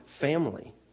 family